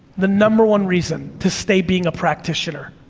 the number one reason, to stay being a practitioner.